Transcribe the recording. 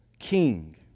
king